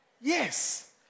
Yes